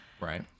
Right